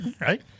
right